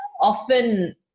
often